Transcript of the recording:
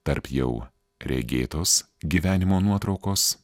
tarp jau regėtos gyvenimo nuotraukos